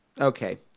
Okay